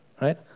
right